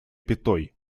пятой